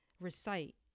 recite